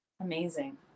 Amazing